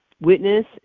witness